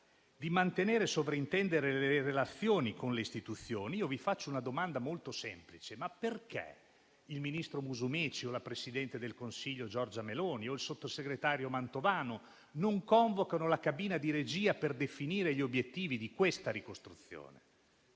di mantenere e sovraintendere alle relazioni con le istituzioni, vi faccio una domanda molto semplice: ma perché il ministro Musumeci o la presidente del Consiglio Giorgia Meloni o il sottosegretario Mantovano non convocano la cabina di regia per definire gli obiettivi di questa ricostruzione?